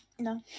No